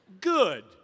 good